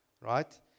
Right